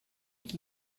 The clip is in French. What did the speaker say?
qui